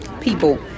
people